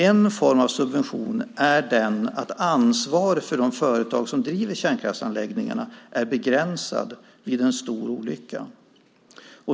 En form av subvention är att ansvaret för de företag som driver kärnkraftsanläggningarna är begränsat vid en stor olycka.